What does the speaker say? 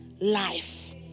life